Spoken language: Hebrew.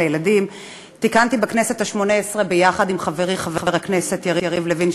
לילדים תיקנתי בכנסת השמונה-עשרה יחד עם חברי חבר הכנסת יריב לוין,